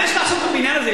מה יש לעשות בבניין הזה?